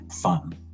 fun